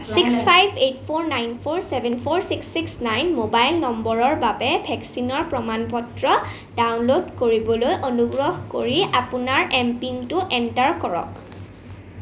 six five eight four nine four seven four six six nine mobile নম্বৰৰ বাবে ভেকচিনৰ প্ৰমাণ পত্ৰ ডাউনলোড কৰিবলৈ অনুগ্ৰহ কৰি আপোনাৰ এম পিনটো এণ্টাৰ কৰক